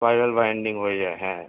spiral binding হয়ে যায় হ্যাঁ